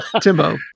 Timbo